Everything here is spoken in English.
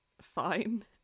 fine